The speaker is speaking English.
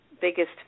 biggest